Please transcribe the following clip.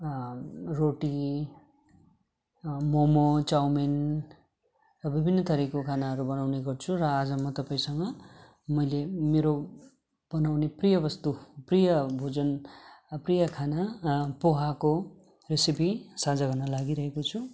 रोटी मम चाउमिन विभिन्न थरीको खानाहरू बनाउने गर्छु र आज म तपाईँसँग मैले मेरो बनाउने प्रिय वस्तु प्रिय भोजन प्रिय खाना पोहाको रेसिपी साझा गर्न लागिरहेको छु